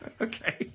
okay